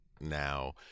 now